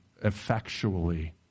effectually